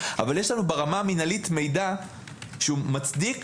אבל יש לנו ברמה המינהלית מידע שהוא מצדיק